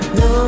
no